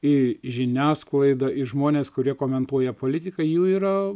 į žiniasklaidą į žmones kurie komentuoja politiką jų yra